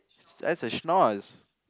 that's a schnozz